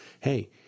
hey